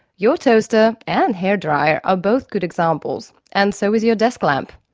your toaster and hair dryer are both good examples, and so is your desk lamp.